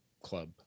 club